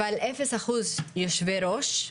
אבל אפס אחוז יושבי ראש.